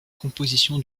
composition